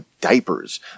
diapers